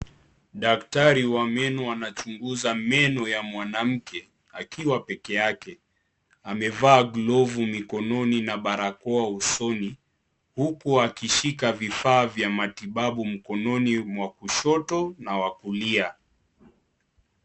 Daktari wa meno anachunguza meno ya mwanamke akiwa peke yake. Amevaa glovu mikononi na barakoa usoni huku akishika vifaa vya matibabu mkononi mwa kushoto na wa kulia.